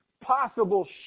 possible